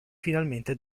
finalmente